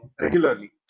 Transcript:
regularly